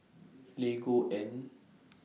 Lego and